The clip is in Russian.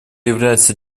является